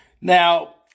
Now –